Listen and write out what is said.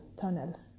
tunnel